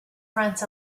fronts